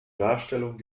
darstellung